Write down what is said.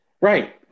Right